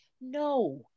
No